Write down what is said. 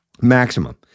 maximum